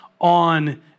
on